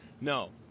No